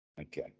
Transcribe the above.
Okay